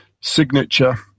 signature